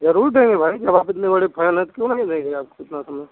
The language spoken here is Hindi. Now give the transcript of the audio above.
जरुर देंगे भाई जब आप इतने बड़े फैन हैं तो क्यों नहीं देंगे आपको अपना समय